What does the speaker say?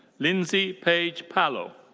lindsay paige pallo.